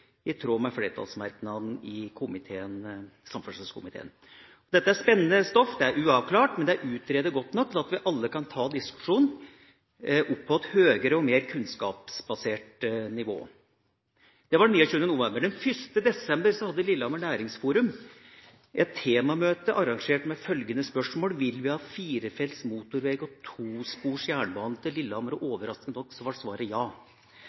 i tråd med flertallsmerknaden fra komiteen. Dette er spennende stoff, det er uavklart, men det er utredet godt nok til at vi alle kan ta diskusjonen opp på et høyere og mer kunnskapsbasert nivå. Det var 29. november. Den 1. desember arrangerte Lillehammer Næringsforum et temamøte med følgende spørsmål: Vil vi ha firefelts motorveg og tospors jernbane til Lillehammer? Overraskende nok ble svaret ja!